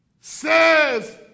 says